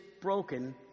broken